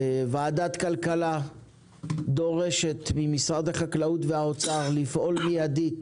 ועדת כלכלה דורשת ממשרד החקלאות וממשרד האוצר לפעול מידית